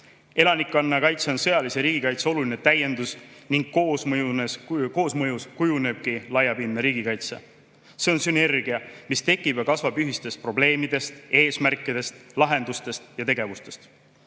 Elanikkonnakaitse on sõjalise riigikaitse oluline täiendus ning koosmõjus kujunebki laiapindne riigikaitse. See on sünergia, mis tekib ja kasvab ühistest probleemidest, eesmärkidest, lahendustest ja tegevustest.